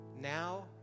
now